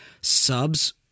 subs